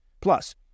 Plus